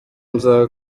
nza